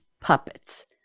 puppets